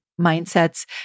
mindsets